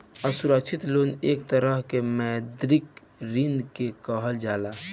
असुरक्षित लोन एक तरह के मौद्रिक ऋण के कहल जाला